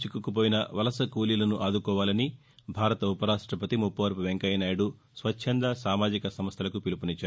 చిక్కుకుపోయిన వలస కూలీలను ఆదుకోవాలని భారత ఉపరాష్టపతి ముప్పవరపు వెంకయ్య నాయుడు స్వచ్చంద సామాజిక సంస్థలకు పిలుపునిచ్చారు